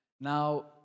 Now